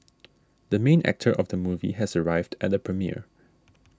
the main actor of the movie has arrived at the premiere